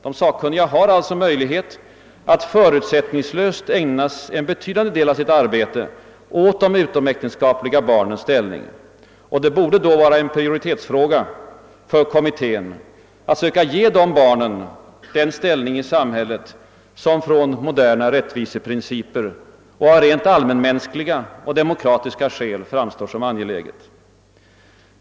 De har alltså möjlighet att förutsättningslöst ägna en betydande del av sitt arbete åt de utomäktenskapliga barnens ställning. Det borde då vara en Pprioritetsfråga för kommittén att söka ge dessa barn den ställning i samhället som enligt moderna rättviseprinciper och av rent allmänmänskliga och demokratiska skäl framstår som angelägen.